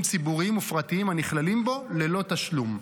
ציבוריים ופרטיים הנכללים בו ללא תשלום.